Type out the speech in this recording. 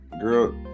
Girl